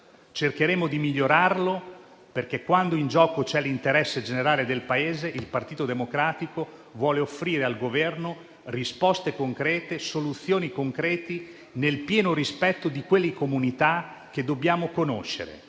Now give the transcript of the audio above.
Cercheremo di migliorarlo perché, quando in gioco c'è l'interesse generale del Paese, il Partito Democratico vuole offrire al Governo risposte e soluzioni concrete, nel pieno rispetto delle comunità che dobbiamo conoscere: